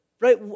right